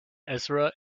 ezra